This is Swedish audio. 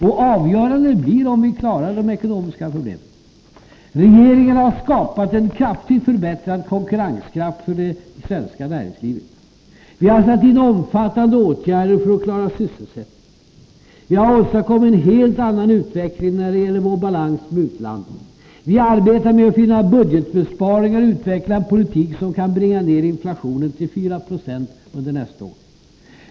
Och avgörande blir om vi klarar de ekonomiska problemen. Regeringen har skapat en väsentligt förbättrad konkurrenskraft för det svenska näringslivet. Vi har satt in omfattande åtgärder för att klara sysselsättningen. Vi har åstadkommit en helt annan utveckling när det gäller vår balans gentemot utlandet. Vi arbetar med att finna budgetbesparingar och utveckla en politik som kan bringa ned inflationen till 4 26 under nästa år.